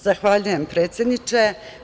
Zahvaljujem, predsedniče.